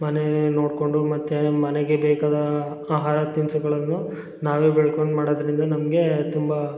ಮನೆ ನೋಡ್ಕೊಂಡು ಮತ್ತು ಮನೆಗೆ ಬೇಕಾದ ಆಹಾರ ತಿನಿಸುಗಳನ್ನು ನಾವೇ ಬೆಳ್ಕೊಂಡು ಮಾಡೋದರಿಂದ ನಮಗೆ ತುಂಬ